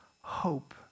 hope